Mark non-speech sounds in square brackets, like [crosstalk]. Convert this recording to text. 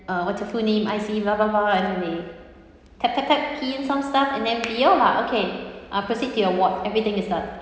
uh what's your full name I_C blah blah blah and then they tap tap tap key in some stuff and then [noise] viola okay uh proceed to your ward everything is done